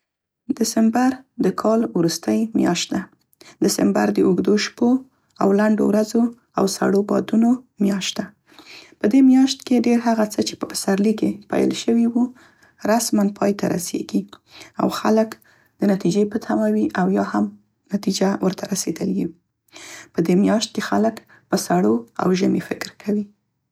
دسمبر د کال روستۍ میاشت ده. دسمبر د اوږدو شپو او لنډو ورځو او سړو بادونو میاشت ده. په دې میاشت کې ډير هغه څه چې په پسرلي کې پیل شوي وو، رسماً پای ته رسیږي. او خلک یا د نتیجې په تمه وي او یا هم نتیجه ورته رسیدلې وي. په دې میاشت کې خلک په سړو او ژمي فکر کوي.